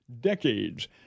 decades